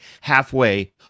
halfway